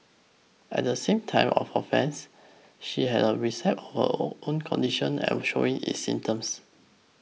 at the same time of the offence she had a recipe of her all condition and was showing its symptoms